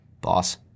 boss